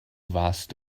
warst